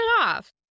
off